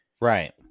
Right